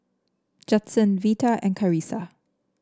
Judson Vita and Carisa